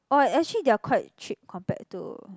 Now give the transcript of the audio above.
oh actually they are quite cheap compared to